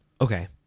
Okay